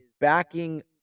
backing